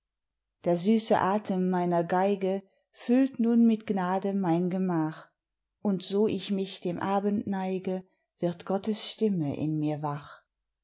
der süße atem meiner geige füllt nun mit gnade mein gemach und so ich mich dem abend neige wird gottes stimme in mir wach